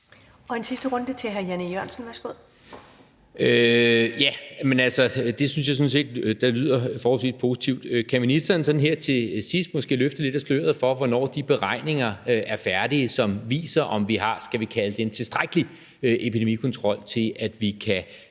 Og en sidste runde til hr. Jan E. Jørgensen. Værsgo. Kl. 14:03 Jan E. Jørgensen (V): Det synes jeg sådan set lyder forholdsvis positivt. Kan ministeren her til sidst måske løfte lidt af sløret for, hvornår de beregninger er færdige, altså de beregninger, som viser, om vi har, skal vi kalde det en tilstrækkelig epidemikontrol, til at vi kan